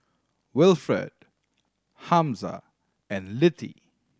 Wilfred Hamza and Littie